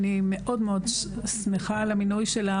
אני שמחה מאוד על המינוי שלך,